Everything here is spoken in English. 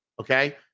okay